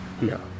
No